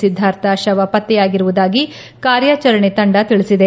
ಸಿದ್ದಾರ್ಥ ಶವ ಪತ್ತೆಯಾಗಿರುವುದಾಗಿ ಕಾರ್ಯಾಚರಣೆ ತಂಡ ತಿಳಿಸಿದೆ